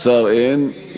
שר אין,